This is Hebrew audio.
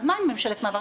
אז מה אם זו ממשלת מעבר?